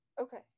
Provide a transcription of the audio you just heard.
okay